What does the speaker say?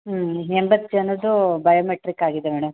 ಹ್ಞೂ ಎಂಬತ್ತು ಜನದ್ದೂ ಬಯೋಮೆಟ್ರಿಕ್ ಆಗಿದೆ ಮೇಡಮ್